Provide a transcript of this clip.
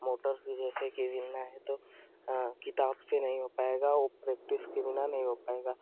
motor के जैसे है तो किताब से नहीं हो पाएगा वो प्रैक्टिस के बिना नहीं हो पाएगा